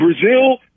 Brazil